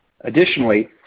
Additionally